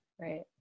right